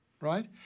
right